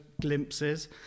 glimpses